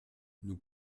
nous